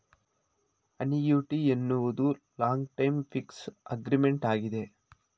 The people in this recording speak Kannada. ಅನಿಯುಟಿ ಎನ್ನುವುದು ಲಾಂಗ್ ಟೈಮ್ ಫಿಕ್ಸ್ ಅಗ್ರಿಮೆಂಟ್ ಆಗಿದೆ